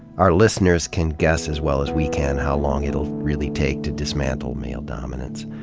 our listeners can guess as well as we can how long it'll really take to dismantle male dominance.